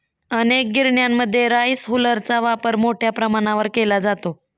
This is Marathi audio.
अनेक गिरण्यांमध्ये राईस हुलरचा वापर मोठ्या प्रमाणावर केला जातो